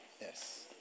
yes